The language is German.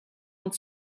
und